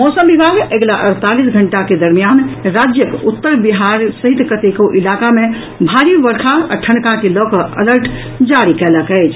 मौसम विभाग अगिला अड़तालीस घंटा के दरमियान राज्यक उत्तर बिहार सहित कतेको इलाका मे भारी वर्षा आ ठनका के लऽ कऽ अलर्ट जारी कयलक अछि